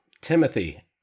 Timothy